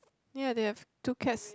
ya they have two cats